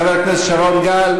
חבורה של, אין שכל, אין דאגות.